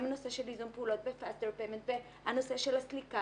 גם נושא של ייזום פעולות בפסטר-פיימנט והנושא של הסליקה.